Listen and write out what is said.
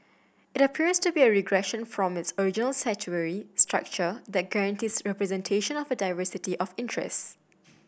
it appears to be a regression from its original statutory structure that guarantees representation of a diversity of interest